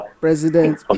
President